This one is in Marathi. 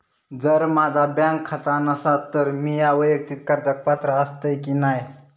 जर माझा बँक खाता नसात तर मीया वैयक्तिक कर्जाक पात्र आसय की नाय?